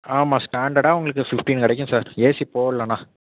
ஆமாம் ஸ்டாண்டடாக உங்களுக்கு ஃபிஃப்ட்டின் கிடைக்கும் சார் ஏசி போடல்லன்னா